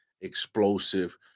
explosive